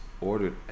ordered